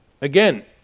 Again